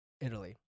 Italy